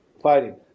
fighting